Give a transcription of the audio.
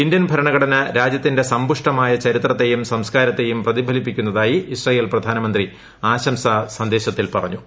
Indian ഭരണഘടന രാജ്യത്തിന്റെ സമ്പുഷ്ടമായ ചരിത്രത്തെയും സംസ്കാരത്തെയും പ്രതിഫലിപ്പിക്കുന്നതായി ഇസ്രായേൽ പ്രധാനമന്ത്രി ആശംസാ സന്ദേശത്തിൽ പറഞ്ഞു